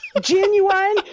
Genuine